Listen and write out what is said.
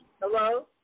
Hello